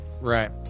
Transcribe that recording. Right